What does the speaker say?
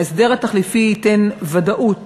ההסדר החלופי ייתן ודאות